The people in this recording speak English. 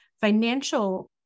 financial